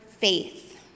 faith